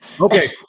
Okay